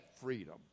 freedom